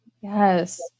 Yes